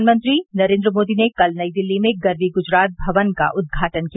प्रधानमंत्री नरेन्द्र मोदी ने कल नई दिल्ली में गरवी गुजरात भवन का उद्घाटन किया